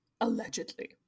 Allegedly